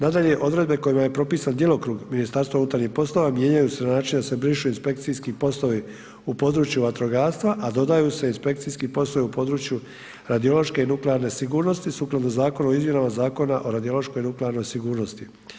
Nadalje, odredbe kojima je propisan djelokrug MUP-a mijenjaju se na način da se brišu inspekcijski poslovi u području vatrogastva, a dodaju se inspekcijski poslovi u području radiološke i nuklearne sigurnosti, sukladno Zakonu o izmjenama Zakona o radiološkoj nuklearnoj sigurnosti.